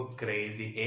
crazy